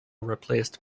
replaced